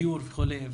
דיור וכולי.